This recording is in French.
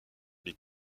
les